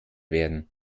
werden